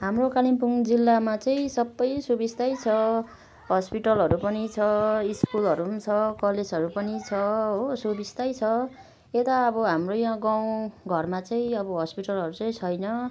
हाम्रो कालिम्पोङ जिल्लामा चाहिँ सबै सुबिस्तै छ हस्पिटलहरू पनि छ स्कुलहरू पनि छ कलेजहरू पनि छ हो सुबिस्तै छ यता अब हाम्रो यहाँ गाउँ घरमा चाहिँ अब हस्पिटलहरू चाहिँ छैन